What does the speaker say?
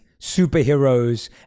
superheroes